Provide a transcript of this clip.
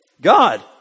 God